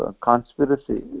conspiracy